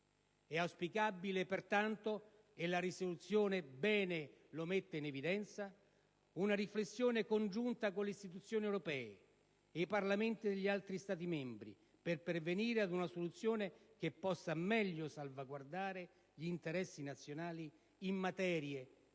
È auspicabile pertanto - e la risoluzione bene lo mette in evidenza - una riflessione congiunta con le istituzioni europee e i Parlamenti degli altri Stati membri per pervenire ad una soluzione che possa meglio salvaguardare gli interessi nazionali in materie